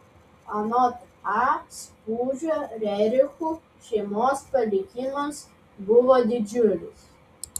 anot a spūdžio rerichų šeimos palikimas buvo didžiulis